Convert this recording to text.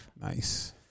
Nice